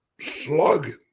slugging